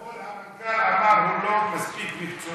אתמול המנכ"ל אמר שהוא לא מספיק מקצועי,